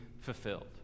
fulfilled